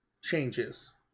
changes